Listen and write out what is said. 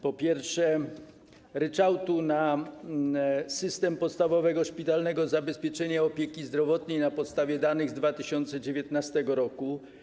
Po pierwsze, dotyczy ryczałtu na system podstawowego szpitalnego zabezpieczenia opieki zdrowotnej na podstawie danych z 2019 r.